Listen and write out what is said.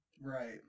Right